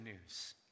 news